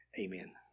Amen